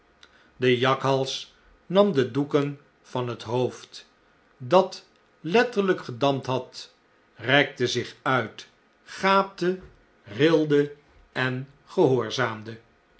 de jakhals nam de doeken van het hoof'd dat letterljjk gedampt had rekte zich uit gaapte rilde en gehoorzaamde